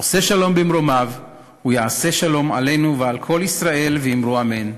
"עושה שלום במרומיו הוא יעשה שלום עלינו ועל כל ישראל ואמרו אמן".